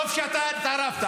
טוב שאתה התערבת.